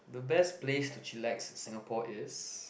the best place to chillax in Singapore is